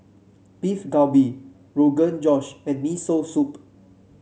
Beef Galbi Rogan Josh and Miso Soup